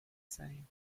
same